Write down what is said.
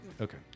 Okay